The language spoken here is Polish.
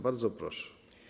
Bardzo proszę.